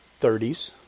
30s